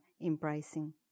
embracing